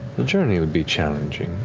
the journey would be challenging,